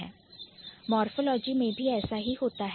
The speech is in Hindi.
Morphology मोरफ़ोलॉजी में भी ऐसा ही होता है